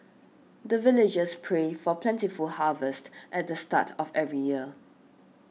the villagers pray for plentiful harvest at the start of every year